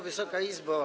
Wysoka Izbo!